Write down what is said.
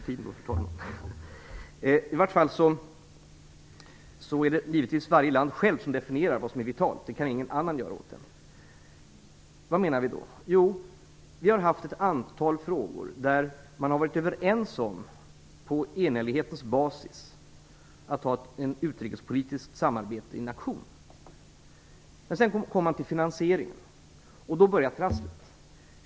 Fru talman! Det är givetvis varje land självt som definierar vad som är vitalt. Det kan ingen annan göra åt en. Vad menar vi då? Jo, vi har haft ett antal frågor där man på enhällighetens basis har varit överens om att ha ett utrikespolitiskt samarbete i en aktion. Sedan kommer man till finansieringen, och då börjar trasslet.